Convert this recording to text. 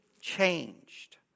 changed